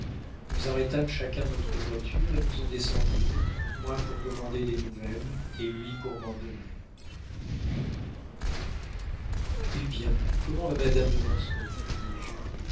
nous arrêtâmes chacun notre voiture et nous en descendîmes moi pour demander des nouvelles et lui pour m'en donner hé bien comment va madame de mortsauf lui dis-je